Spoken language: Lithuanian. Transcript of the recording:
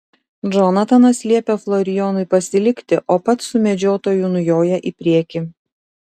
džonatanas liepia florijonui pasilikti o pats su medžiotoju nujoja į priekį